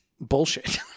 Bullshit